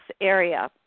area